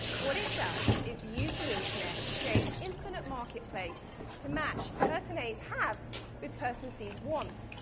what it does is use the internet to create an infinite marketplace to match person a's haves with person c's wants,